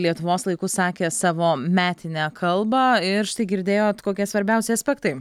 lietuvos laiku sakė savo metinę kalbą ir štai girdėjot kokie svarbiausi aspektai